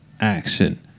action